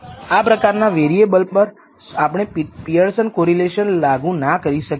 આ પ્રકારના વેરીએબલ પર આપણે પિઅરસન કોરિલેશન લાગુ ના કરી શકીએ